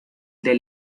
del